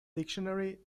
dictionary